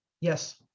Yes